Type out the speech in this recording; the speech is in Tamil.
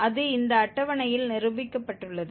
அது இந்த அட்டவணையில் நிரூபிக்கப்பட்டுள்ளது